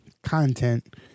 Content